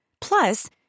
Plus